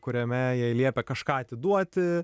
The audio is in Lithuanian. kuriame jai liepia kažką atiduoti